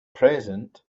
present